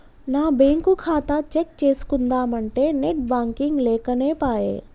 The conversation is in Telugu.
నా బ్యేంకు ఖాతా చెక్ చేస్కుందామంటే నెట్ బాంకింగ్ లేకనేపాయె